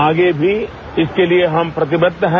आगे भी इसके लिए हम प्रतिबद्ध है